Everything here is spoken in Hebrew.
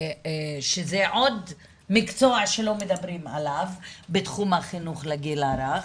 שזה עוד מקצוע שלא מדברים עליו בתחום החינוך לגיל הרך.